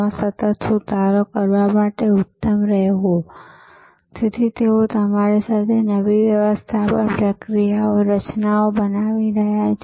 તેથી જરૂરી નથી કે તેમાંના કેટલાક ઉચ્ચ શહેર આધારિત હોય તેથી તમારી પાસે હવે સાહસ મૂડીવાદી કહેવાતા ખોરાક વિતરણ અરજીઓ અને ઝોમેટો અથવા ફૂડ પાન્ડા જેવા ખોરાક વિતરણ નેટવર્ક્સ વગેરેનો દોર છે